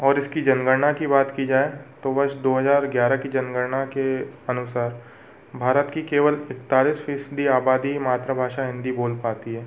और इसकी जनगणना की बात की जाए तो वर्ष दो हजार ग्यारह की जनगणना के अनुसार भारत की केवल इकतालीस फीसदी आबादी मातृभाषा हिन्दी बोल पाती है